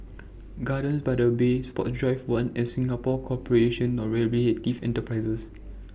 Gardens By The Bay Sports Drive one and Singapore Corporation of Rehabilitative Enterprises